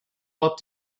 what